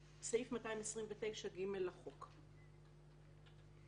סעיף 229(ג) לחוק."